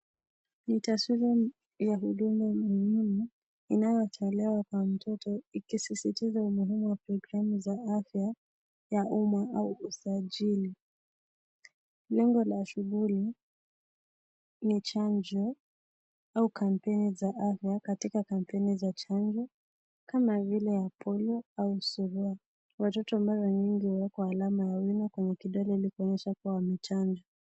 Ni taswira ya huduma muhimu inayochelewa kwa mtoto ikisisitiza umuhimu wa za afya ya umma au usajili. Lengo la shughuli hii ni chanjo au kampeni za afya katika kampeni za chanjo kama vile ya Polio au surua. Watoto mara nyingi huwekwa alama kwa kidole kuonyesha kuwa wamechanjwa.